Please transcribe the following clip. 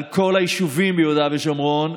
על כל היישובים ביהודה ושומרון,